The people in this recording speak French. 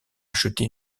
acheté